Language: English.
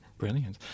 Brilliant